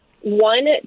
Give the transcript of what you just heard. one